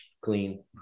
clean